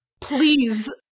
Please